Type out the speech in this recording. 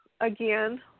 again